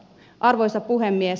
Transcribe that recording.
arvoisa puhemies